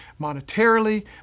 monetarily